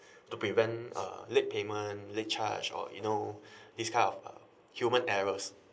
to prevent uh late payment late charge or you know this kind of uh human errors